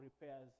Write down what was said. repairs